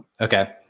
Okay